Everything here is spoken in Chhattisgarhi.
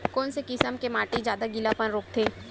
कोन से किसम के माटी ज्यादा गीलापन रोकथे?